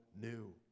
new